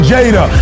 Jada